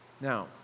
Now